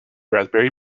raspberry